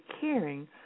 caring